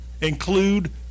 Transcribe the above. include